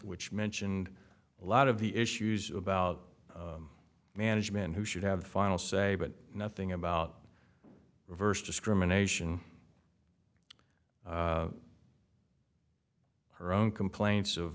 which mentioned a lot of the issues about management who should have final say but nothing about reverse discrimination her own complaints of